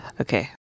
Okay